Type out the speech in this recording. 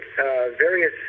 various